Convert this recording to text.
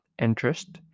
interest